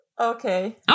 Okay